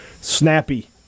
snappy